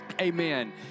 amen